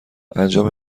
انجام